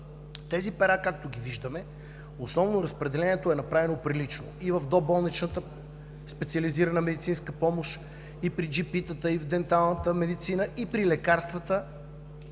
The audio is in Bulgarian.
тези пера, както ги виждаме, разпределението основно е направено прилично и в доболничната специализирана медицинска помощ, и при джипитата, и в денталната медицина, и при лекарствата